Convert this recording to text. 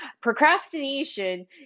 Procrastination